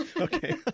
okay